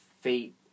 fate